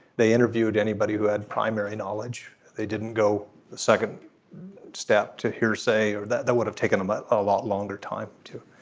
they interviewed anybody who had primary knowledge. they didn't go the second step to hearsay or that that would have taken them but a lot longer time to